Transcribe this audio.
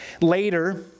Later